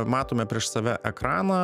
matome prieš save ekraną